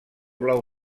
blau